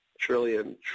Trillion